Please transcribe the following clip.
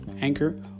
Anchor